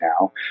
now